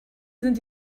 sind